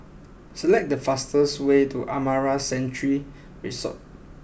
select the fastest way to Amara Sanctuary Resort